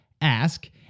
ask